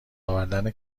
آوردن